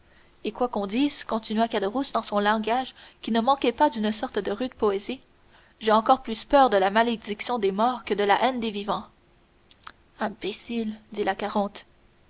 et quoi qu'on dise continua caderousse dans son langage qui ne manquait pas d'une sorte de rude poésie j'ai encore plus peur de la malédiction des morts que de la haine des vivants imbécile dit la